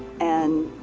and,